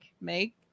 make